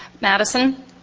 Madison